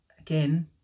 Again